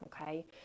Okay